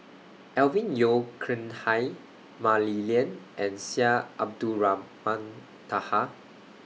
Alvin Yeo Khirn Hai Mah Li Lian and Syed Abdulrahman Taha